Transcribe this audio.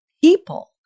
people